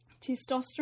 Testosterone